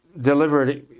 delivered